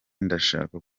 ndashaka